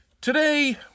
Today